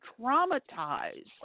traumatized